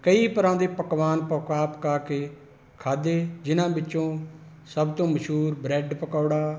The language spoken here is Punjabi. ਕਈ ਤਰ੍ਹਾਂ ਦੇ ਪਕਵਾਨ ਪਕਾ ਪਕਾ ਕੇ ਖਾਧੇ ਜਿਨ੍ਹਾਂ ਵਿੱਚੋਂ ਸਭ ਤੋਂ ਮਸ਼ਹੂਰ ਬਰੈਡ ਪਕੌੜਾ